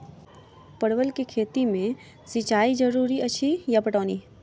परवल केँ खेती मे सिंचाई जरूरी अछि या पटौनी?